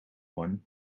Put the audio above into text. one